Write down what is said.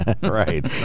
Right